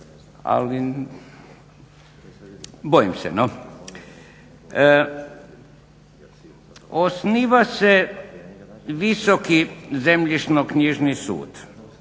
ali bojim se no. Osniva se Visoki zemljišno-knjižni sud